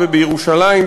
ובירושלים,